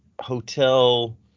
Hotel